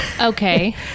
okay